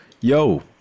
Yo